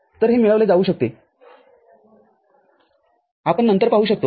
तर हे मिळवले जाऊ शकते आपण नंतर पाहू शकतो